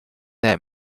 that